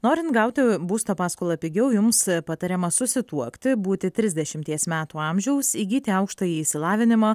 norin gauti būsto paskolą pigiau jums patariama susituokti būti trisdešimties metų amžiaus įgyti aukštąjį išsilavinimą